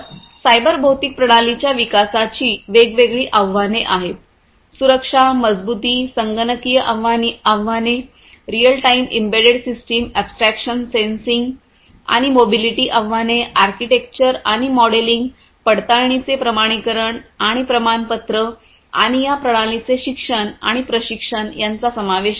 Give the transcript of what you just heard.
तर सायबर भौतिक प्रणालीच्या विकासाची वेगवेगळी आव्हाने आहेत सुरक्षा मजबुती संगणकीय आव्हाने real time embedded system abstractions sensing आणि मोबिलिटीआव्हाने आर्किटेक्चर आणि मॉडेलिंग पडताळणीचे प्रमाणीकरण आणि प्रमाणपत्र आणि या प्रणालींचे शिक्षण आणि प्रशिक्षण यांचा समावेश आहे